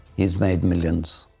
he's made millions.